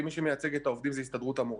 מי שמייצג את העובדים זה הסתדרות המורים,